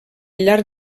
llarg